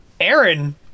Aaron